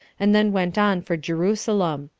and then went on for jerusalem.